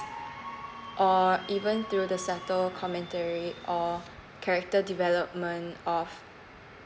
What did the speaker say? or even through the subtle commentary or character development of